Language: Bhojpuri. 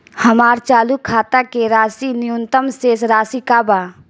हमार चालू खाता के खातिर न्यूनतम शेष राशि का बा?